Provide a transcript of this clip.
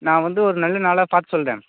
நான் வந்து ஒரு நல்ல நாளாக பார்த்து சொல்கிறேன்